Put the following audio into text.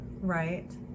Right